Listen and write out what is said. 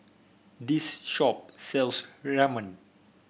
this shop sells Ramen